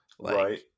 right